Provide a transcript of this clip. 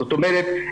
זאת אומרת,